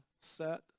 set